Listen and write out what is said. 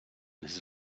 his